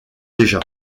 déjà